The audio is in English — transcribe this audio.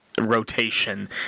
rotation